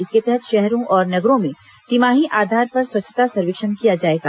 इसके तहत शहरों और नगरों में तिमाही आधार पर स्वच्छता सर्वेक्षण किया जाएगा